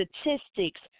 statistics